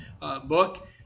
book